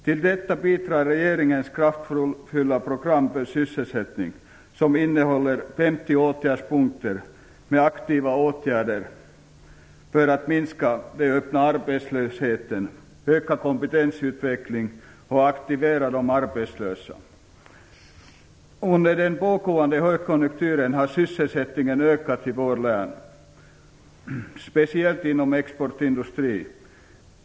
Till detta bidrar regeringens kraftfulla program för sysselsättning, som innehåller 50 åtgärdspunkter, med aktiva åtgärder för att minska den öppna arbetslösheten, öka kompetensutvecklingen och aktivera de arbetslösa. Under den pågående högkonjunkturen har sysselsättningen ökat i vårt län, speciellt inom exportindustrin.